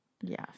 Yes